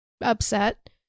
upset